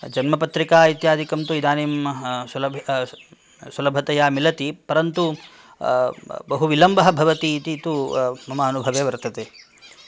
जन्मपत्रिका इत्यादिकं तु इदानीं सुलभ सुलभतया मिलति परन्तु बहु विलम्बः भवति इति तु मम अनुभवे वर्तते